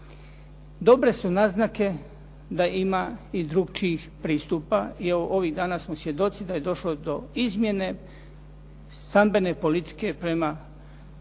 Dobre su naznake da ima i drugačijih pristupa, jer ovih dana smo svjedoci da je došlo do izmjene stambene politike prema